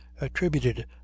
attributed